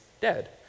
dead